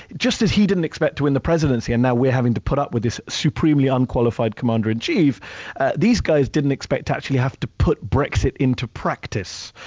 just as he didn't expect to win the presidency and now we're having to put up with this supremely unqualified commander-in-chief, these guys didn't expect to actually have to put brexit into practice.